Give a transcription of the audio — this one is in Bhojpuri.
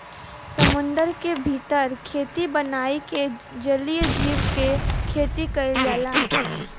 समुंदर के भीतर खेती बनाई के जलीय जीव के खेती कईल जाला